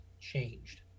changed